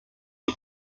ich